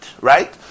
right